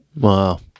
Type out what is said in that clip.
wow